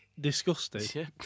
disgusting